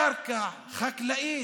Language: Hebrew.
קרקע חקלאית,